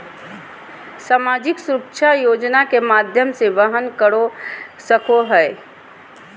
सामाजिक सुरक्षा योजना के माध्यम से वहन कर सको हइ